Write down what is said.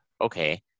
Okay